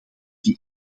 die